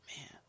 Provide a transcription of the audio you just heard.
Man